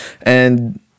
and-